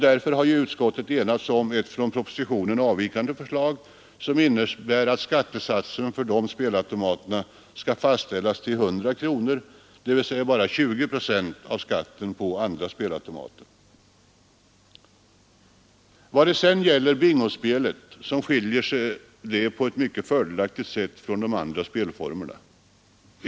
Därför har utskottet enats om ett från propositionen avvikande förslag som innebär att skattesatsen för dessa spelautomater skall fastställas till 100 kronor, dvs. bara 20 procent av skatten på andra spelautomater. Bingospelet skiljer sig på ett mycket fördelaktigt sätt från de andra spelformerna.